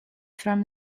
from